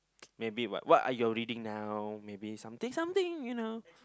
maybe what are your reading now maybe something something you know